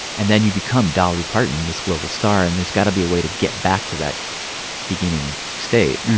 and then you become dolly parton, this global star, and there's got to be a way to get back to that beginning state.